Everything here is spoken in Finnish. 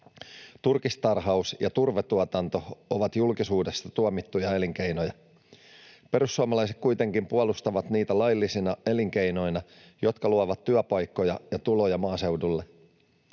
Turkistarhaus ja turvetuotanto ovat julkisuudessa tuomittuja elinkeinoja. Perussuomalaiset kuitenkin puolustavat niitä laillisina elinkeinoina, jotka luovat työpaikkoja ja tuloja maaseudulle.